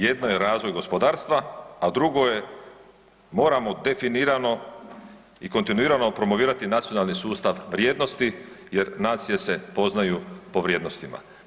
Jedno je razvoj gospodarstva, a drugo je moramo definirano i kontinuirano promovirati nacionalni sustav vrijednosti jer nacije se poznaju po vrijednostima.